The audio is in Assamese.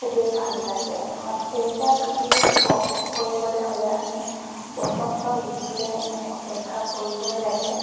খুবেই ভাল লাগে এখন সেউজীয়া পৃথিৱী উপভোগ কৰিবলৈ হ'লে আমি বসন্ত ঋতুলৈ আমি অপেক্ষা কৰিবই লাগে